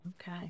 Okay